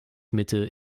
mitte